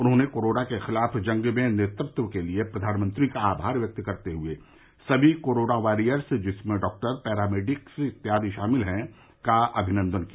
उन्होंने कोरोना के खिलाफ जंग में नेतृत्व के लिए प्रधानमंत्री का आभार व्यक्त करते हुए सभी कोरोना वॉरियर्स जिनमें डॉक्टर पैरा मेडिक्स इत्यादि शामिल हैं का भी अमिनन्दन किया